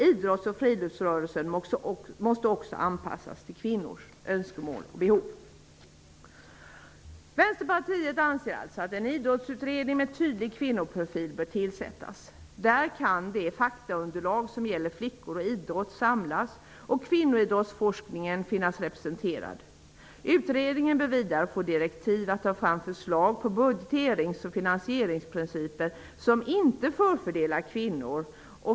Idrottsoch friluftsrörelsen måste också anpassas till kvinnors önskemål och behov. Vänsterpartiet anser alltså att en idrottsutredning med tydlig kvinnoprofil bör tillsättas. Där kan det faktaunderlag som gäller flickor och idrott samlas och kvinnoidrottsforskningen finnas representerad. Utredningen bör vidare få direktiv att ta fram förslag på budgeterings och finansieringsprinciper som inte förfördelar kvinnor.